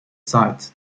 site